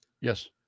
Yes